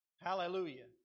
hallelujah